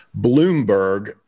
Bloomberg